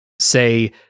say